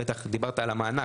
בטח דיברת על המענק,